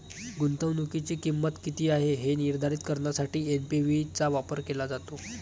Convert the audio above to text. गुंतवणुकीची किंमत किती आहे हे निर्धारित करण्यासाठी एन.पी.वी चा वापर केला जातो